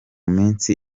minsi